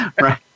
Right